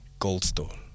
Goldstone